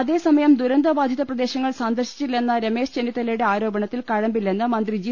അതേസമയം ദുരന്തബാധിതപ്രദേശങ്ങൾ സന്ദർശി ച്ചില്ലെന്ന രമേശ് ചെന്നിത്തലയുടെ ആരോപണത്തിൽ കഴമ്പില്ലെന്ന് മന്ത്രി ജി